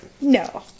No